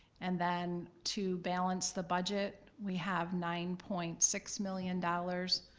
and then to balance the budget, we have nine point six million dollars.